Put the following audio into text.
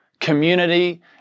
community